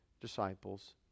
disciples